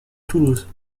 toulouse